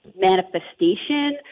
manifestation